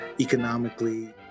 economically